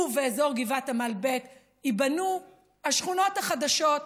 ובאזור גבעת עמל ב' ייבנו השכונות החדשות,